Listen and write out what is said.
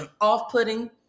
off-putting